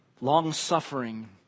Long-suffering